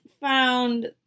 found